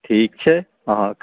ठीक छै अहाँक